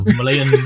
Malayan